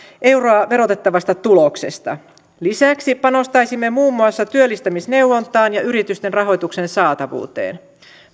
euroa verotettavasta tuloksesta lisäksi panostaisimme muun muassa työllistämisneuvontaan ja yritysten rahoituksen saatavuuteen